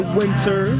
winter